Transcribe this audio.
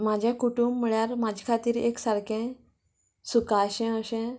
म्हाजें कुटूंब म्हळ्यार म्हाज्या खातीर एक सारकें सुखाचें अशें